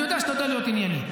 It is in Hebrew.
אני יודע שאתה יודע להיות ענייני.